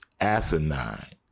asinine